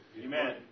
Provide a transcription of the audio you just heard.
Amen